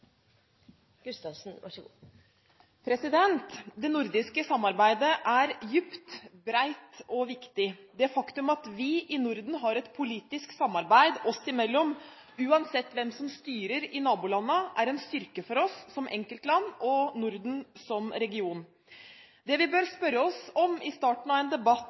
dypt, bredt og viktig. Det faktum at vi i Norden har et politisk samarbeid oss imellom uansett hvem som styrer i nabolandene, er en styrke for oss som enkeltland og for Norden som region. Det vi bør spørre oss om i starten av en debatt